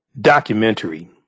documentary